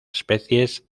especies